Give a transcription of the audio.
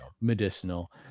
medicinal